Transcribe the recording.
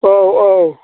औ औ